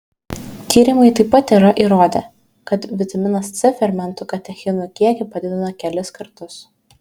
tyrimai taip pat yra įrodę kad vitaminas c fermentų katechinų kiekį padidina kelis kartus